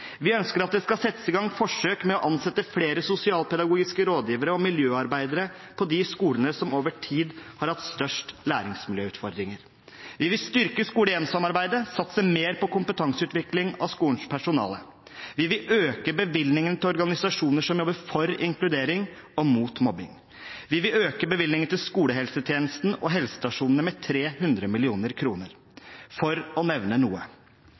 Vi ønsker at det skal settes i gang forsøk med å ansette flere sosialpedagogiske rådgivere og miljøarbeidere på de skolene som over tid har hatt størst læringsmiljøutfordringer. Vi vil styrke skole–hjem-samarbeidet og satse mer på kompetanseutvikling av skolens personale. Vi vil øke bevilgningen til organisasjoner som jobber for inkludering og mot mobbing. Vi vil øke bevilgninger til skolehelsetjenesten og helsestasjonene med 300 mill. kr – for å nevne noe.